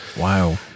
wow